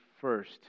first